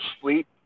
sleep